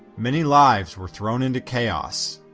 many lives were thrown into chaos.